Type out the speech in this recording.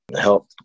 help